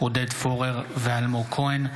עודד פורר ואלמוג כהן,